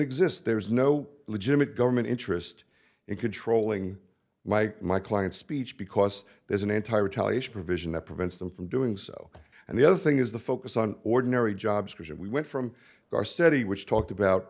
exist there's no legitimate government interest in controlling like my client speech because there's an entire italian provision that prevents them from doing so and the other thing is the focus on ordinary jobs that we went from our study which talked about